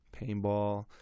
paintball